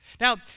Now